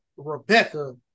Rebecca